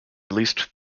released